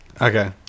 okay